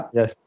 yes